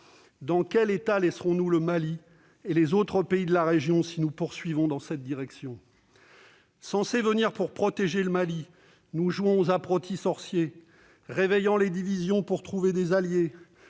Dans quel état laisserons-nous le Mali et les autres pays de la région si nous poursuivons dans cette voie ? Censés venir pour protéger le Mali, nous jouons aux apprentis sorciers, réveillant les divisions pour trouver des alliés,